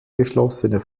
geschlossene